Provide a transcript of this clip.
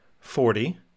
forty